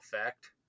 effect